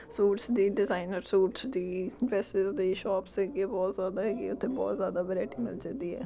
suits ਦੀ designer suits ਦੀ dresses ਦੀ ਸ਼ੋਪਸ ਹੈਗੀ ਹੈ ਬਹੁਤ ਜ਼ਿਆਦਾ ਹੈਗੀ ਆ ਅਤੇ ਬਹੁਤ ਜ਼ਿਆਦਾ ਵਰਾਇਟੀ ਮਿਲ ਸਕਦੀ ਹੈ